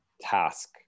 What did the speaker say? task